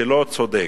לא צודק.